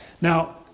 Now